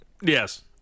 Yes